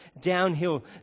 downhill